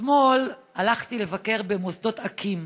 אתמול הלכתי לבקר במוסדות אקי"ם